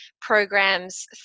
programs